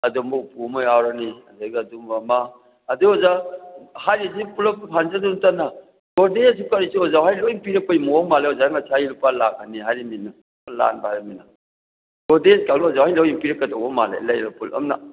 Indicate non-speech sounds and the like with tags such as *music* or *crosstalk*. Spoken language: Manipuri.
ꯑꯗꯨꯒꯨꯝꯕ ꯎꯄꯨ ꯑꯃ ꯌꯥꯎꯔꯅꯤ ꯑꯗꯒꯤ ꯑꯗꯨꯒꯨꯝꯕ ꯑꯃ ꯑꯗꯨ ꯑꯣꯖꯥ ꯍꯥꯏꯔꯤꯁꯤ ꯄꯨꯂꯞ *unintelligible* ꯒꯣꯗ꯭ꯔꯦꯖꯁꯨ ꯀꯔꯤꯁꯨ ꯑꯣꯖꯥ ꯍꯣꯏꯅ ꯂꯣꯏꯅ ꯄꯤꯔꯛꯄꯒꯤ ꯃꯑꯣꯡ ꯃꯥꯜꯂꯤ ꯑꯣꯖꯥ ꯉꯁꯥꯏ ꯂꯨꯄꯥ ꯂꯥꯛ ꯑꯅꯤ ꯍꯥꯏꯔꯤꯕꯅꯤꯅ ꯂꯥꯟꯕ ꯍꯥꯏꯕꯅꯤꯅ ꯒꯣꯗ꯭ꯔꯦꯖꯀꯥꯗꯣ ꯑꯣꯖꯥ ꯍꯣꯏꯅ ꯂꯣꯏꯅ ꯄꯤꯔꯛꯀꯗꯧꯕ ꯃꯥꯜꯂꯤ ꯂꯩꯔꯒ ꯄꯨꯂꯞꯅ